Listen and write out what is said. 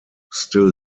still